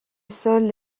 sol